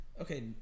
Okay